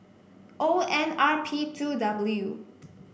O N R P two W